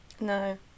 no